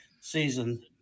season